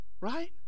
right